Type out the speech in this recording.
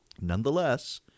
Nonetheless